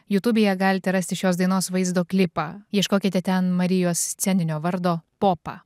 jutubėje galite rasti šios dainos vaizdo klipą ieškokite ten marijos sceninio vardo popa